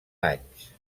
anys